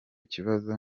kibazo